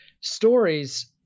stories